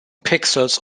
pixels